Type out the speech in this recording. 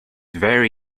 very